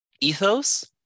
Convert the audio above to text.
ethos